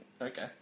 Okay